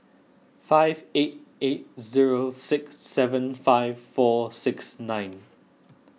five eight eight zero six seven five four six nine